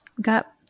got